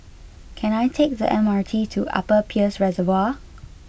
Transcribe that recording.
can I take the M R T to Upper Peirce Reservoir